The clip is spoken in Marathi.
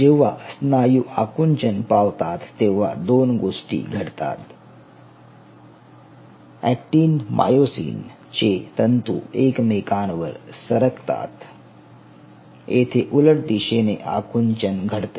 जेव्हा स्नायू आकुंचन पावतात तेव्हा दोन गोष्टी घडतात अक्टिन मायोसिन चे तंतू एकमेकांवर सरकतात येथे उलट दिशेने आकुंचन घडते